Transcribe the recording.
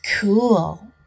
cool